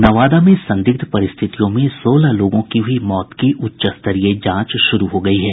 नवादा में संदिग्ध परिस्थितियों में सोलह लोगों की हुई मौत की उच्चस्तरीय जांच शुरू हो गयी है